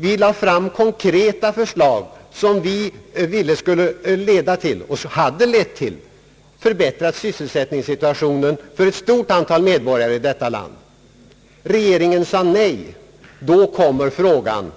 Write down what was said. Vi lade fram konkreta förslag som vi ville skulle leda till och som hade lett till en förbättrad sysselsättningssituation för ett stort antal medborgare i vårt land. Regeringen sade nej. Då uppställer sig frågan: